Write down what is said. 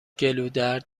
گلودرد